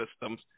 systems